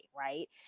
right